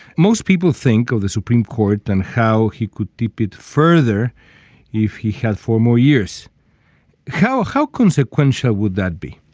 most people think of the supreme court than how he could do it further if he had four more years how how consequential would that be